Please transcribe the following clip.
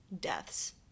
deaths